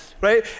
right